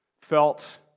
felt